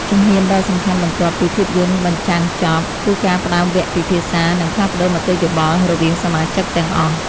ជំហានដ៏សំខាន់បន្ទាប់ពីភាពយន្តបញ្ចាំងចប់ គឺការផ្ដើមវគ្គពិភាក្សា និងផ្លាស់ប្តូរមតិយោបល់រវាងសមាជិកទាំងអស់។